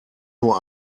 nur